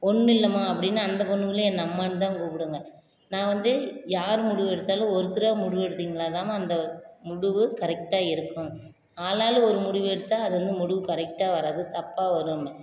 பொண்ணு இல்லைம்மா அப்படின்னு அந்த பொண்ணுங்களும் என்னை அம்மான்னு தான் கூப்பிடுங்க நான் வந்து யார் முடிவு எடுத்தாலும் ஒருத்தராக முடிவு எடுத்தீங்களாதாம்மா அந்த முடிவு கரெக்டாக இருக்கும் ஆளு ஆளு ஒரு முடிவு எடுத்தால் அது வந்து முடிவு கரெக்டாக வராது தப்பாக வரும்பேன்